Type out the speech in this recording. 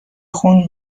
خون